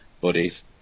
buddies